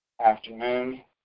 afternoon